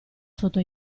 sotto